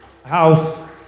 House